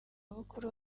bukuru